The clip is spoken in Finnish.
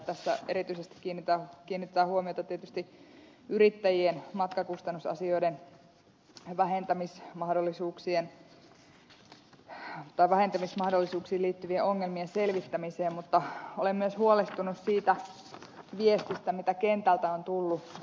tässä erityisesti kiinnitän huomiota tietysti yrittäjien matkakustannusasioiden vähentämismahdollisuuksiin liittyvien ongelmien selvittämiseen mutta olen myös huolestunut siitä viestistä mitä kentältä on tullut